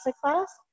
class